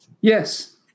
Yes